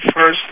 first